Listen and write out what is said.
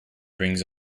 brings